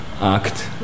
act